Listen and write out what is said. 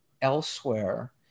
elsewhere